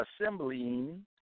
assembling